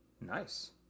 Nice